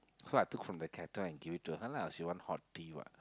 so I took from the kettle and give it to her lah she want hot tea what